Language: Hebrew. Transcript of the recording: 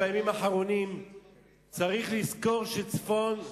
בימים האחרונים צריך לזכור שצפון,